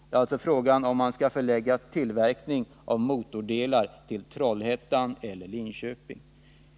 Frågan gäller om man skall förlägga tillverkning av motordelar till Trollhättan eller till Linköping.